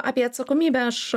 apie atsakomybę aš